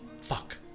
Fuck